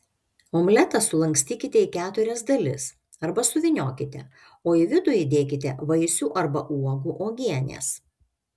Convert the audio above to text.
omletą sulankstykite į keturias dalis arba suvyniokite o į vidų įdėkite vaisių arba uogų uogienės